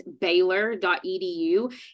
baylor.edu